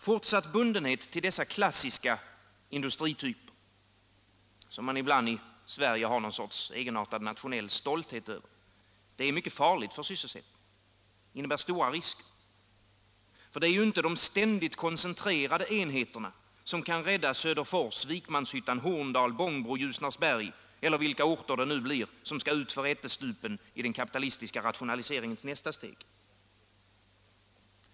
Fortsatt bundenhet till dessa klassiska industrityper, som man i Sverige ibland har ett slags egenartad nationell stolthet över, är mycket farlig för sysselsättningen och innebär stora risker. Det är inte de ständigt koncentrerade enheterna som kan rädda Söderfors, Vikmanshyttan, Horndal, Bångbro, Ljusnarsberg eller vilka orter det nu blir som skall utför ättestupan i den kapitalistiska rationaliseringens nästa steg.